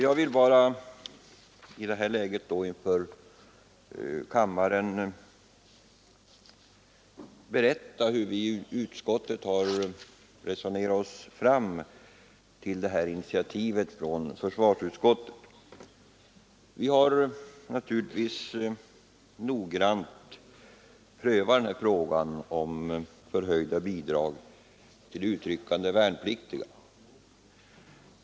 Jag vill nu för kammaren berätta hur vi i försvarsutskottet har resonerat oss fram till det här initiativet. Vi har noggrant prövat frågan om förhöjda bidrag till utryckande värnpliktiga.